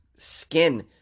skin